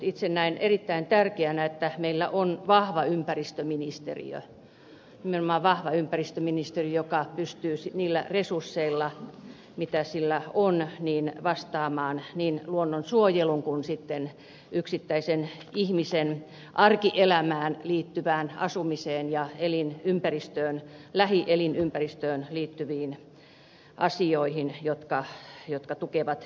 itse näen erittäin tärkeänä että meillä on vahva ympäristöministeriö nimenomaan vahva ympäristöministeriö joka pystyy niillä resursseilla mitä sillä on vastaamaan niin luonnonsuojeluun kuin yksittäisen ihmisen arkielämään asumiseen ja lähielinympäristöön liittyviin asioihin jotka tukevat terveyttä